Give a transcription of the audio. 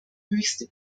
höchste